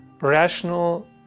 rational